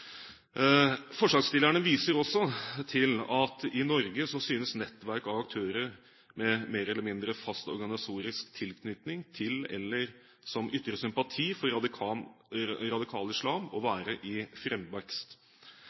Forslagsstillerne viser også til at i Norge synes nettverk av aktører med mer eller mindre fast organisatorisk tilknytning til eller som ytrer sympati for radikal islam, å være i